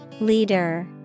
Leader